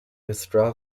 withdraw